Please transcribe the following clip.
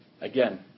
Again